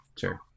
sure